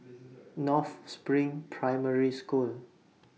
North SPRING Primary School